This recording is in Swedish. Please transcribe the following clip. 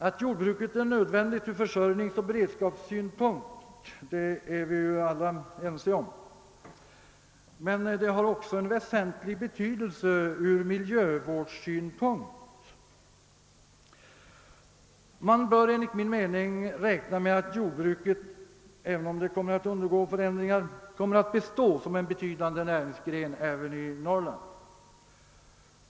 Att jordbruket är nödvändigt ur försörjningsoch beredskapssynpunkt är vi alla ense om, men det har också en väsentlig betydelse ur miljövårdssynpunkt. Man bör enligt min mening räkna med att jordbruket även om det undergår förändringar — kommer att bestå som en betydande näringsgren också i Norrland.